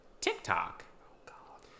TikTok